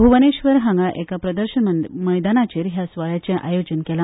भुवनेश्वर हांगासार एक प्रदर्शन मैदानाचेर ह्या सुवाळ्याचे आयोजन केला